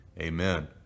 Amen